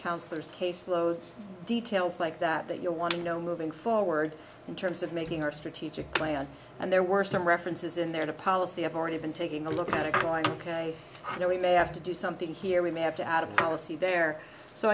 counsellors caseload details like that that you want to know moving forward in terms of making our strategic plan and there were some references in there to policy have already been taking a look at it like ok i know we may have to do something here we may have to add a policy there so